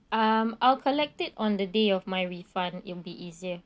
um I'll collect it on the day of my refund it'll be easier